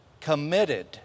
committed